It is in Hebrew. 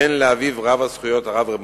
בן לאביו רב הזכויות הרב ר'